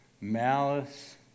malice